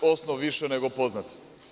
Osnov je više nego poznat.